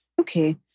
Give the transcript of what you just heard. Okay